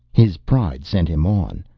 his pride sent him on.